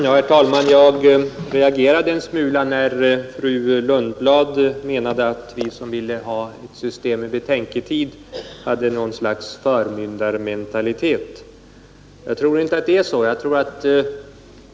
Herr talman! Jag reagerade en smula när fru Lundblad menade att vi som ville ha ett system med betänketid hade något slags förmyndarmentalitet. Jag tror inte det är så.